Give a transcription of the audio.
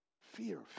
fear